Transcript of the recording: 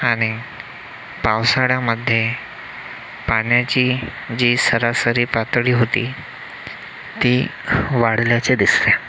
आणि पावसाळ्यामध्ये पाण्याची जी सरासरी पातळी होती ती वाढल्याचे दिसते